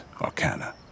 arcana